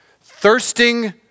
Thirsting